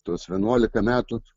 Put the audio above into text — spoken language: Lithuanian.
tuos vienuolika metų